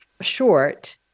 short